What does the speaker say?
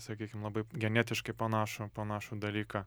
sakykim labai genetiškai panašų panašų dalyką